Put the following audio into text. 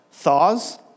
Thaws